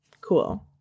cool